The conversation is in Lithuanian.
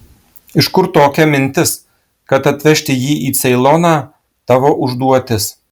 iš kur tokia mintis kad atvežti jį į ceiloną tavo užduotis